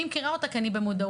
אני מכירה אותה כי אני במודעות.